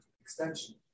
Extension